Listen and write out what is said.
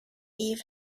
eve